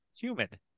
humid